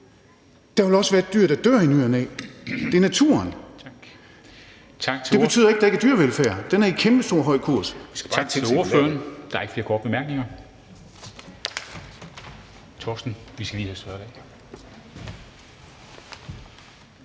i ny og næ være dyr, der dør. Det er naturen. Det betyder ikke, at der ikke er dyrevelfærd, den er i kæmpehøj kurs.